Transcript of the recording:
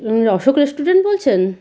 Ashok restaurant বলছেন